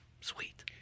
Sweet